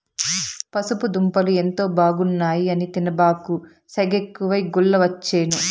పసుపు దుంపలు ఎంతో బాగున్నాయి అని తినబాకు, సెగెక్కువై గుల్లవచ్చేను